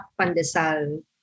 pandesal